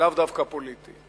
לאו דווקא פוליטי.